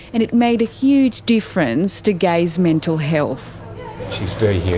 and it made a huge difference to gaye's mental health. she's very hearing